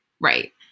Right